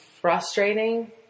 frustrating